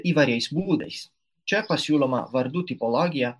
įvairiais būdais čia pasiūloma vardų tipologija